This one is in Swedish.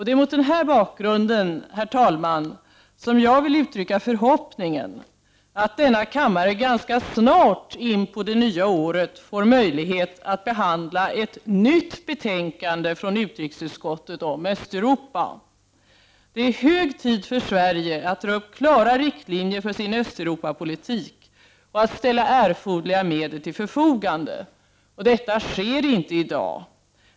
Det är mot den bakgrunden, herr talman, som jag vill uttrycka förhoppningen, att denna kammare ganska snart in på det nya året får möjlighet att behandla ett nytt betänkande från utrikesutskottet om Östeuropa. Det är hög tid för Sverige att dra upp klara riktlinjer för sin Östeuropapolitik och att ställa erforderliga medel till förfogande. Detta sker inte i dag.